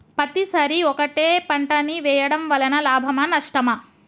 పత్తి సరి ఒకటే పంట ని వేయడం వలన లాభమా నష్టమా?